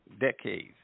decades